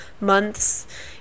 months